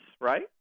Right